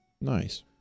Nice